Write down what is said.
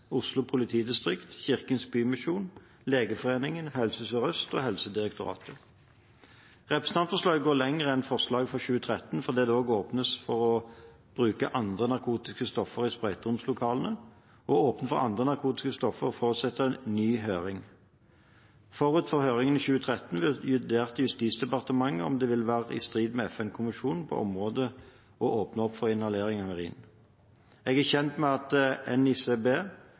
Oslo politidistrikt, Kirkens Bymisjon, Legeforeningen, Helse Sør-Øst og Helsedirektoratet. Representantforslaget går lenger enn forslaget fra 2013 fordi det også åpnes for å bruke andre narkotiske stoffer i sprøyteromslokalene. Å åpne for andre narkotiske stoffer forutsetter en ny høring. Forut for høringen i 2013 vurderte Justis- og beredskapsdepartementet om det ville være i strid med FN-konvensjonene på området å åpne opp for inhalering av heroin. Jeg er kjent med at